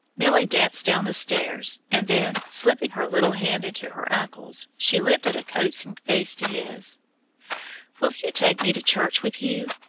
milly danced down the stairs, and then, slipping her little hand into her uncle's, she lifted a coaxing face to his. will you take me to church with you?